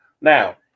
now